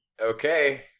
Okay